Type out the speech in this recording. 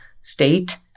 state